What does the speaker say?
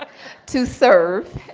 to serve,